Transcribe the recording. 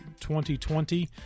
2020